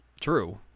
True